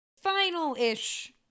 final-ish